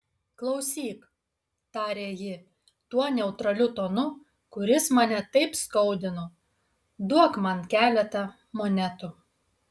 klausyk tarė ji tuo neutraliu tonu kuris mane taip skaudino duok man keletą monetų